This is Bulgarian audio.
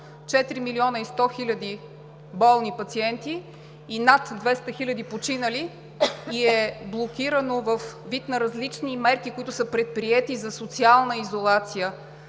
4 милиона и 100 хиляди болни пациенти и над 200 хиляди починали, и е блокирано във вид на различни мерки, които са предприети за социална изолация,